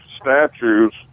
statues